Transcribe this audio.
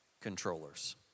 controllers